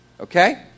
Okay